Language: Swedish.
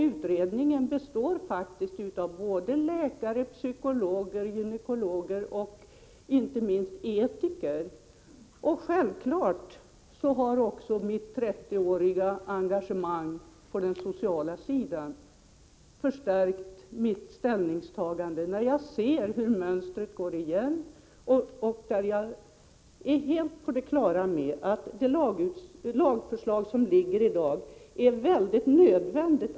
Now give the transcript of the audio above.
Utredningen består faktiskt av både läkare, psykologer, gynekologer och inte minst etiker. Självklart har också mitt 30-åriga engagemang på det sociala området spelat stor roll för mitt ställningstagande. Jag ser hur mönstren går igen. Jag är helt på det klara med att det framlagda lagförslaget är väldigt nödvändigt.